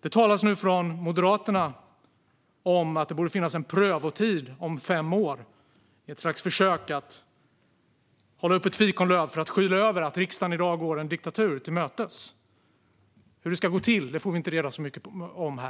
Det talas nu från Moderaterna om att det borde finnas en prövotid på fem år, ett slags försök att hålla upp ett fikonlöv för att skyla över att riksdagen i dag går en diktatur till mötes. Hur det ska gå till får vi inte veta så mycket om.